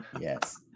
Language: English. yes